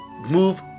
move